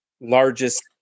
largest